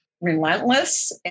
relentless